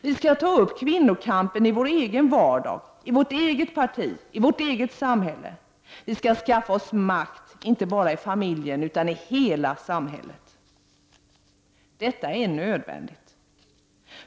Vi skall ta upp kvinnokampen i vår egen vardag, i vårt eget parti, i vårt eget samhälle. Vi skall skaffa oss makt inte bara i familjen utan i hela samhället. Detta är nödvändigt.